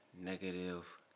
negative